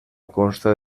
consta